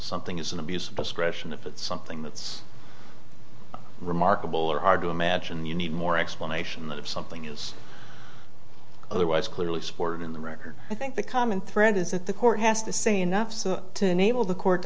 something is an abuse of discretion if it's something that's remarkable or are to imagine you need more explanation that if something is otherwise clearly supported in the record i think the common thread is that the court has to say enough so to enable the court